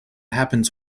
happens